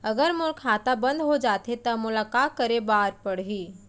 अगर मोर खाता बन्द हो जाथे त मोला का करे बार पड़हि?